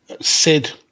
sid